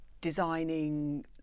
designing